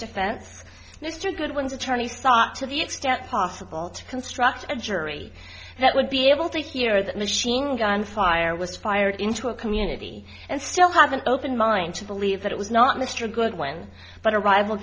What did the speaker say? mr goodwin's attorneys thought to the extent possible to construct a jury that would be able to hear that machine gun fire was fired into a community and still have an open mind to believe that it was not mr goodwin but a rival